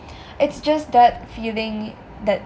it's just that feeling that